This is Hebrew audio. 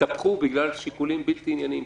- התהפכו בגלל שיקולים בלתי ענייניים,